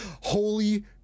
holy